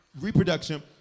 reproduction